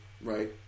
Right